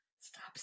Stop